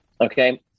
Okay